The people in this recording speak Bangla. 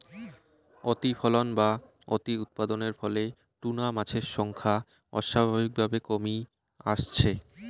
অতিফলন বা অতিউৎপাদনের ফলে টুনা মাছের সংখ্যা অস্বাভাবিকভাবে কমি আসছে